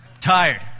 tired